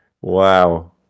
Wow